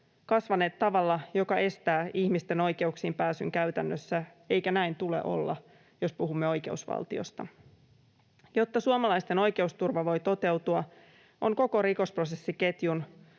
kasvaneet tavalla, joka estää ihmisten oikeuksiin pääsyn käytännössä, eikä näin tule olla, jos puhumme oikeusvaltiosta. Jotta suomalaisten oikeusturva voi toteutua, on koko rikosprosessiketjun